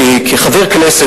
כחבר כנסת,